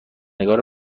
نگار